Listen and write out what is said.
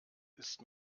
ist